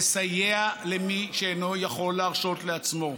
לסייע למי שאינו יכול להרשות לעצמו.